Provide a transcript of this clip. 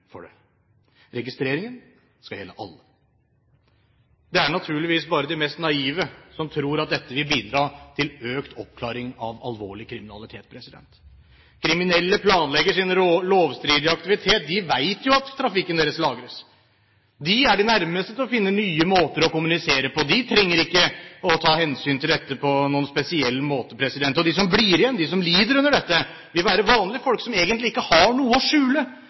for det. Registreringen skal gjelde alle. Det er naturligvis bare de mest naive som tror at dette vil bidra til økt oppklaring av alvorlig kriminalitet. Kriminelle planlegger sin lovstridige aktivitet. De vet at trafikken deres lagres. De er de nærmeste til å finne nye måter å kommunisere på. De trenger ikke å ta hensyn til dette på noen spesiell måte. De som blir igjen, de som lider under dette, vil være vanlige folk som egentlig ikke har noe å skjule